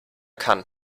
kann